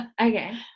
Okay